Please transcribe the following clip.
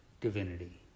divinity